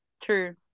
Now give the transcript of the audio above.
True